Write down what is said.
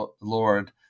Lord